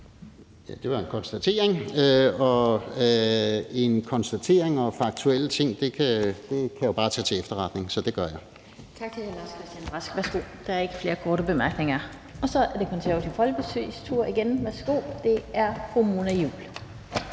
Det var en konstatering, og en konstatering og faktuelle ting kan jeg jo bare tage til efterretning, så det gør jeg.